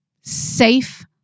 safe